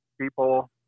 people